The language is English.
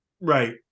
Right